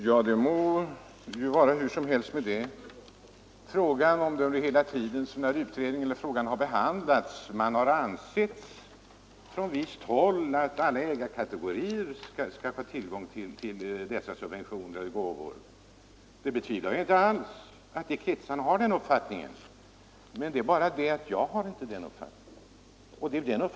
Herr talman! Det må vara hur som helst med den saken. Att det från visst håll under hela den tid frågan behandlats har ansetts att alla ägarkategorier skall få tillgång till dessa subventioner eller gåvor betvivlar jag inte alls. Men jag har inte den uppfattningen, och det är bara det jag har framfört här.